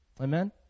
Amen